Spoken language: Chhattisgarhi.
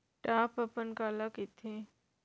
टॉप अपन काला कहिथे?